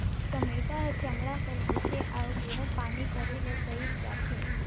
चमेटा हर चमड़ा कर होथे अउ एहर पानी परे ले सइर जाथे